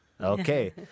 Okay